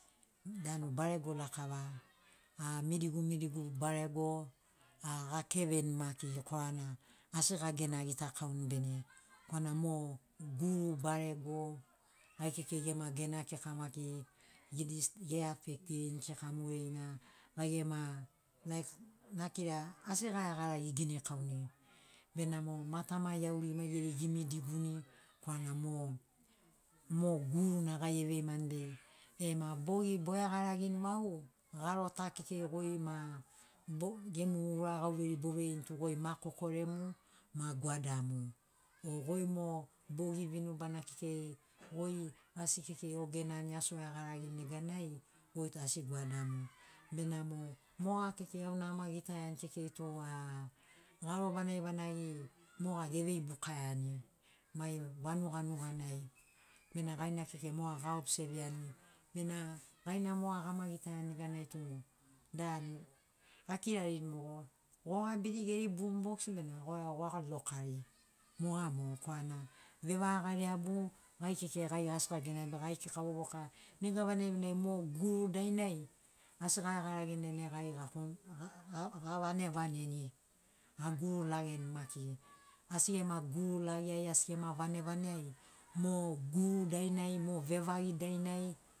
Danu barego lakava a midigu midigu barego a gakeveni maki korana asi gagena gitakauni bene korana mo guru barego gai kekei gema gena kika maki ediste e afectirini kika mogerina gai gema nakira asi garagarai eginikauni benamo matama iauri maigeri emidiguni korana mo mo guruna gai eveimani be ema bogi boeagaragini vau garo ta kekei goi ma bou gemu ura gauveiri boveini tu goi ma kokoremu ma gwadamu o goi mo bogi vinubana kekei goi asi kekei gogenani asi goeagaragini neganai goi tu asi gwadamu benamo moga kekei auna ama gitaiani kekei tu a garo vanagi vanagi moga gevei bukaiani mai vanuga nuganai bena gaina kekei moga a obseviani bena gaina moga gama gitaiani neganai tu danu akirarini mogo gogabiri geri bumbox bena goeago goalokari moga mo korana vavagagaleabu gai kekei gai asi gagenani be gai kika vovoka nega vanagi vanagi mo guru dainai asi gaeagaragini dainai gai gavanevaneni gagurulageni maki asi gema gurulage ai asi gema vanevane ai mo guru mo vevagi dainai.